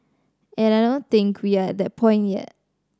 and I don't think we are at that point yet